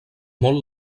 molt